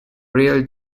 real